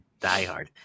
diehard